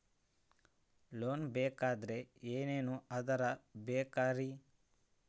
Loan ಬೇಕಾದ್ರೆ ಏನೇನು ಆಧಾರ ಬೇಕರಿ?